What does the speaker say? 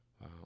wow